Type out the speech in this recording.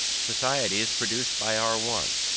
society is produced by our wants,